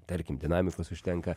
tarkim dinamikos užtenka